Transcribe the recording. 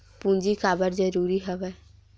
पूंजी काबर जरूरी हवय?